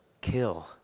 kill